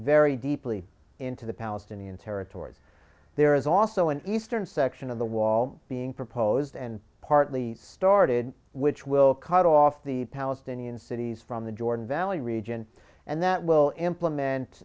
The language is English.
very deeply into the palestinian territory there is also an eastern section of the wall being proposed and partly started which will cut off the palestinian cities from the jordan valley region and that will implement